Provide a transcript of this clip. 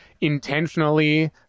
intentionally